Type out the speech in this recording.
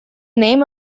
name